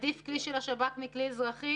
עדיף כלי של השב"כ מאשר כלי אזרחי.